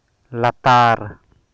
ᱞᱟᱛᱟᱨ